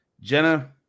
Jenna